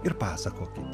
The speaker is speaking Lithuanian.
ir pasakokit